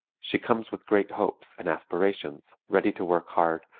she comes with great hopes and aspirations, ready to work hard,